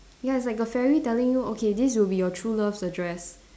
ya it's like the fairy telling you okay this will be your true love's address